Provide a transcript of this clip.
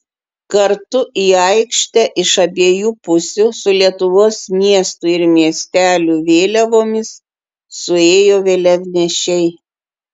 kartu į aikštę iš abiejų pusių su lietuvos miestų ir miestelių vėliavomis suėjo vėliavnešiai